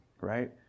right